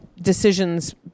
decisions